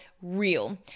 real